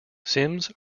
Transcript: simms